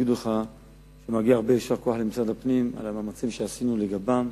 יגידו לך שמגיע הרבה יישר כוח למשרד הפנים על המאמצים שעשינו לגביהם,